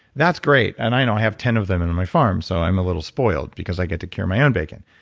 that's great. and i know i have ten of them in my farm so i'm a little spoiled because i get to cure my own bacon.